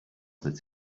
that